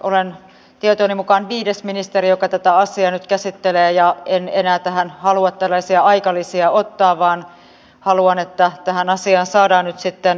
olen tietojeni mukaan viides ministeri joka tätä asiaa nyt käsittelee ja en enää tähän halua tällaisia aikalisiä ottaa vaan haluan että tähän asiaan saadaan nyt ratkaisu